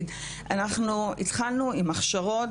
התחלנו עם הכשרות,